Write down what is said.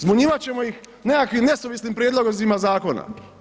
Zbunjivat ćemo ih nekakvim nesuvislim prijedlozima zakona.